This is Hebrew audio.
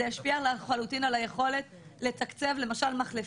זה השפיע לחלוטין על היכולת לתקצב, למשל מחלפים.